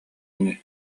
ини